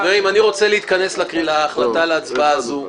חברים, אני רוצה להתכנס להחלטה להצבעה הזו.